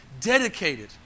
Dedicated